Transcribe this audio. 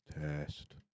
Test